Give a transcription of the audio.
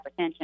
hypertension